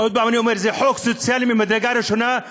עוד פעם אני אומר: זה חוק סוציאלי ממדרגה ראשונה,